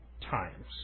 times